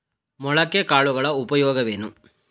ಮೊಳಕೆ ಕಾಳುಗಳ ಉಪಯೋಗವೇನು?